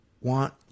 want